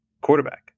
quarterback